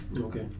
Okay